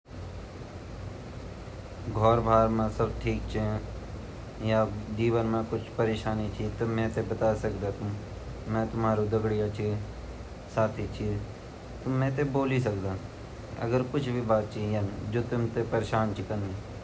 आज आप भोत परेशान लगण लगया छिन क्या बात छिन घर माँ सब ठिक ची ना माँ-बाप, भाई-बेहेन घोर वाली दोस्त-दास्त सब ठीक छिन इन बात क्या वे गाऊँ मा सब ठिक छिन देश मा सब ठिक छीन अच्छा ठीक-ठाक छिन ता बाबू ठिक ची।